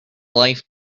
life